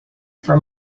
for